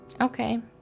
Okay